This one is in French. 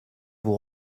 vous